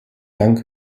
dank